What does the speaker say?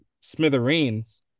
smithereens